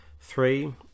Three